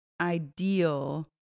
ideal